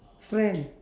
friend